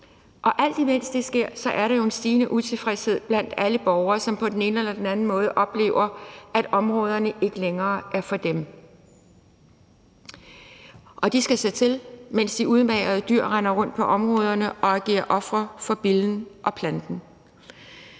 Alt imens det sker, er der jo en stigende utilfredshed blandt alle borgere, som på den ene eller den anden måde oplever, at områderne ikke længere er der for dem. De skal se til, mens de udmagrede dyr render rundt på områderne og agerer ofre for billen og planten.